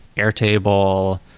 airtable,